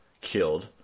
killed